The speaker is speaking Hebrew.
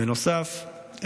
בנוסף,